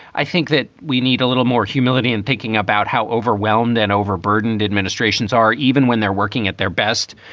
i think that we need a little more humility in thinking about how overwhelmed and overburdened administrations are, even when they're working at their best.